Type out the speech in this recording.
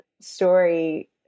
story